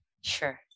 sure